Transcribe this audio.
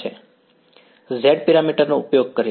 વિદ્યાર્થી Z parameter નો ઉપયોગ કરીને